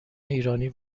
ایرانی